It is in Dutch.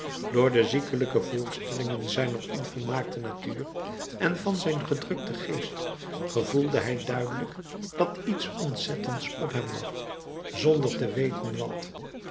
door de ziekelijke voorstellingen zijner onvolmaakte natuur en van zijn gedrukten geest gevoelde hij duidelijk dat iets ontzettends op hem lag zonder te weten wat